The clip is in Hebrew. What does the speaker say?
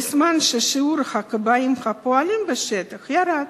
בזמן ששיעור הכבאים הפועלים בשטח ירד